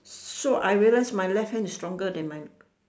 so I realize my left hand is stronger than my